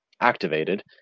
activated